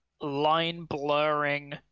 line-blurring